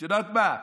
את יודעת מה?